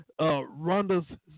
Rhonda's